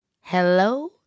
hello